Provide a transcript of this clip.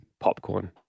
Popcorn